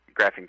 graphing